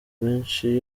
menshi